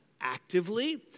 actively